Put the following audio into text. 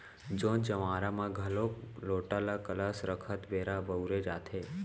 जोत जँवारा म घलोक लोटा ल कलस रखत बेरा बउरे जाथे